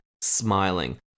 smiling